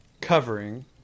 covering